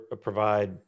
provide